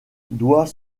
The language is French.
doit